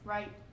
Right